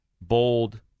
bold